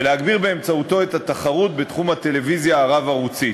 ולהגביר באמצעותו את התחרות בתחום הטלוויזיה הרב-ערוצית,